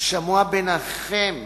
"שמוע בין אחיכם",